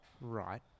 Right